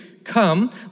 Come